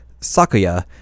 Sakuya